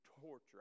torture